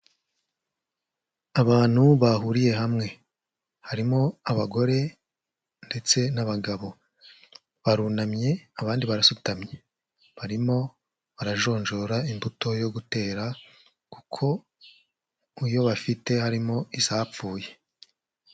Abantu bahuriye hamwe. Harimo abagore ndetse n'abagabo. Barunamye abandi barasutamye. Barimo barajonjora imbuto yo gutera kuko mu yo bafite harimo izapfuye.